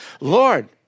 Lord